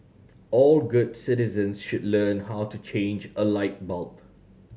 all good citizens should learn how to change a light bulb